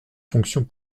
fonctions